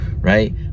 right